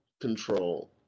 control